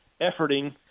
Efforting